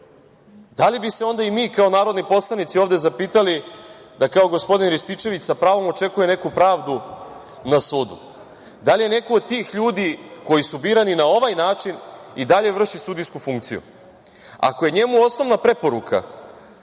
da li bi se onda i mi kao narodni poslanici ovde zapitali da kao gospodin Rističević sa pravom očekuje neku pravdu na sudu? Da li neko od tih ljudi koji su birani na ovaj način i dalje vrši sudijsku funkciju? Ako je njemu osnovna preporuka